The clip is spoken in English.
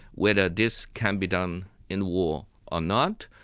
whether this can be done in war or not,